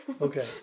Okay